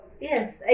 yes